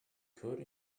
could